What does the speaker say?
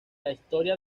historia